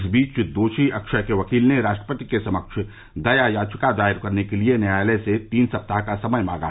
इस बीच दोषी अक्षय के वकील ने राष्ट्रपति के समक्ष दया याचिका दायर करने के लिए न्यायालय से तीन सप्ताह का समय मांगा